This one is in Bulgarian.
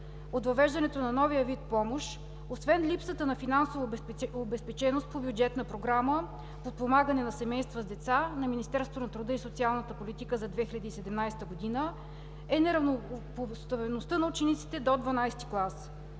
от въвеждането на новия вид помощ, освен липсата на финансова обезпеченост по бюджетна програма „Подпомагане на семейства с деца“ на Министерството на труда и социалната политика за 2017 г., е неравнопоставеността на учениците до 12 клас.